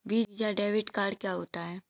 Visa debit card क्या होता है?